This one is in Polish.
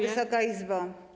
Wysoka Izbo!